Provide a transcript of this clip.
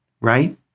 right